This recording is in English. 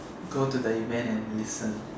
go to the event and listen